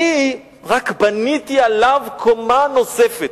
אני רק בניתי עליו קומה נוספת.